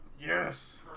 Yes